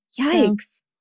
Yikes